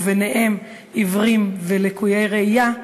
וביניהם עיוורים ולקויי ראייה,